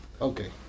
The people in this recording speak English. Okay